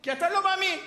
כי אתה לא מאמין.